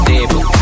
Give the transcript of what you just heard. Table